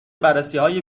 بررسیهای